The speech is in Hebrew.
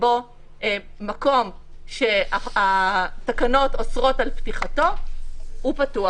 שבו מקום שהתקנות אוסרות על פתיחתו, הוא פתוח.